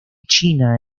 china